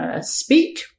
speak